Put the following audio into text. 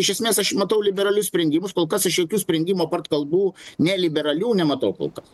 iš esmės aš matau liberalius sprendimus kol kas aš jokių sprendimų apart kalbų neliberalių nematau kol kas